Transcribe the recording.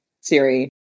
Siri